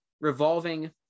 revolving